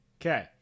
Okay